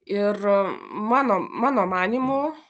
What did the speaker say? ir mano mano manymu